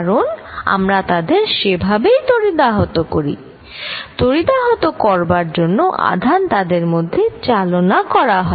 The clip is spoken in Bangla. কারণ আমরা তাদের সেভাবেই তড়িদাহত করি তড়িদাহত করবার সময় আধান তাদের মধ্যে চালনা করা হয়